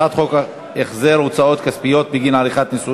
הצעת חוק לתיקון פקודת המשטרה (העברת המחלקה לחקירות